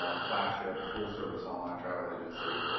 ah flagship, full service online travel agency.